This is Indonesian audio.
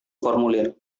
formulir